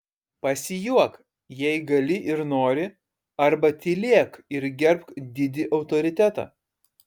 pasijuok jei gali ir nori arba tylėk ir gerbk didį autoritetą